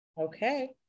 Okay